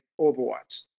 Overwatch